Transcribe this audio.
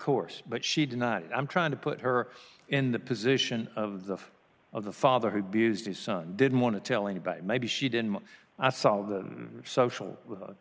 course but she did not i'm trying to put her in the position of the of of the father to be used his son didn't want to tell anybody maybe she didn't solve the social